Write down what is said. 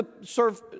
serve